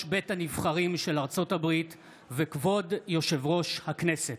בית הנבחרים של ארצות הברית וכבוד יושב-ראש הכנסת.